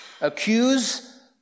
accuse